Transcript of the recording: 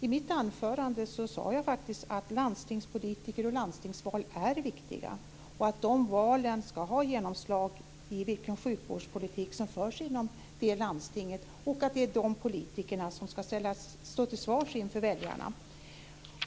I mitt anförande sade jag faktiskt att landstingspolitiker och landstingsval är viktiga och att dessa val ska ha genomslag i vilken sjukvårdspolitik som förs inom det landstinget och att det är dessa politiker som ska stå till svars inför väljarna.